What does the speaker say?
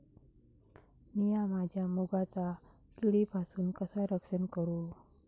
मीया माझ्या मुगाचा किडीपासून कसा रक्षण करू?